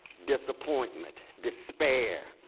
disappointment, despair,